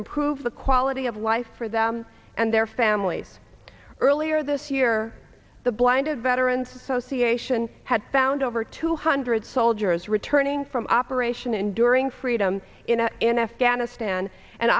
improve the quality of life for them and their families earlier this year the blinded veterans association had found over two hundred soldiers returning from operation enduring freedom in a in afghanistan and